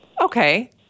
Okay